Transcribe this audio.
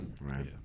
Right